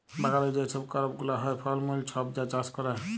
বাগালে যে ছব করপ গুলা হ্যয়, ফল মূল ছব যা চাষ ক্যরে